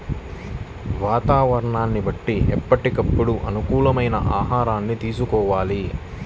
వాతావరణాన్ని బట్టి ఎప్పటికప్పుడు అనుకూలమైన ఆహారాన్ని తీసుకోవాలి